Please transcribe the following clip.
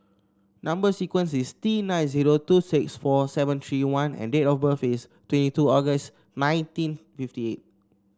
number sequence is T nine zero two six four seven three one and date of birth is twenty two August nineteen fifty eight